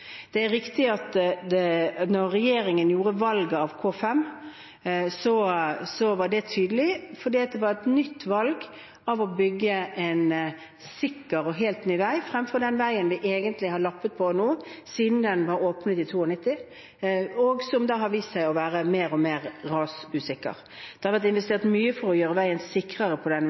Det er riktig at da regjeringen gjorde valget av K5, var det tydelig fordi det var et nytt valg om å bygge en sikker og helt ny vei fremfor den veien som de egentlig har lappet på nå siden den ble åpnet i 1992, og som har vist seg å være mer og mer rasutsatt. Det har vært investert mye for å gjøre veien sikrere på